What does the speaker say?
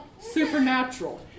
supernatural